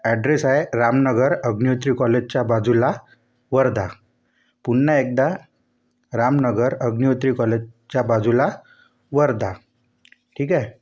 address आहे रामनगर अग्निहोत्री कॉलेजच्या बाजूला वर्धा पुन्हा एकदा रामनगर अग्निहोत्री कॉलेजच्या बाजूला वर्धा ठीक आहे